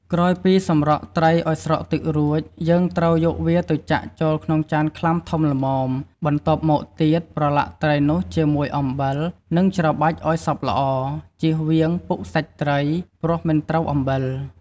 ក្រោយពីសម្រក់ត្រីឱ្យស្រក់ទឹករួច យើងត្រូវយកវាទៅចាក់ចូលក្នុងចានខ្លាំធំល្មម បន្ទាប់មកទៀត ប្រឡាក់ត្រីនោះជាមួយអំបិល និងច្របាច់ឱ្យសព្វល្អ ចៀសវាងពុកសាច់ត្រី ព្រោះមិនត្រូវអំបិល។